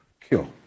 cure